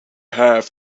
have